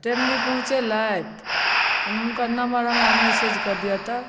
timely पहुँचेलथि कनी हुनकर नम्बर हमरा मैसेज कऽ दिअ तऽ